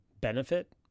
benefit